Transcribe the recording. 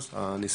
הענישה